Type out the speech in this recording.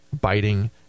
biting